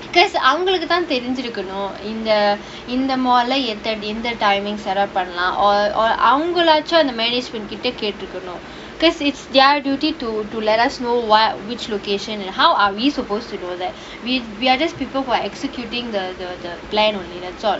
because அவங்களுக்கு தான் தெரிஞ்சு இருக்கணும் இந்த இந்த:avangalukku thaan therinju irukkanum intha intha mole lah எத்தடி எந்த:ethadi entha timing set up பண்ணலாம்:pannalaam or or அவங்களாச்சும் அந்த:avangalaachum antha mady spring கிட்ட கேட்டிருக்கோனும்:kitta kettirukkonum because it's their duty to do let us know what which location and how are we supposed to do that we we are just people who are executing the the plan that is in the chart